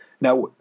Now